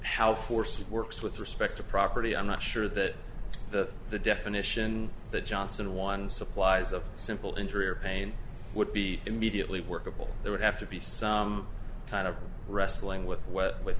how force it works with respect to property i'm not sure that the the definition the johnson one supplies a simple injury or pain would be immediately workable there would have to be some kind of wrestling with w